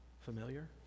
familiar